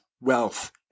wealth